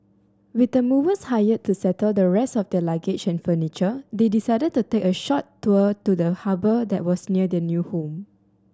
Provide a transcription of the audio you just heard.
with the movers hired to settle the rest of their luggage and furniture they decided to take a short tour to the harbour that was near their new home